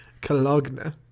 Cologne